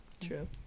true